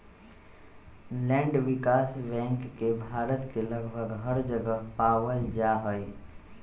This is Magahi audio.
लैंड विकास बैंक के भारत के लगभग हर जगह पावल जा हई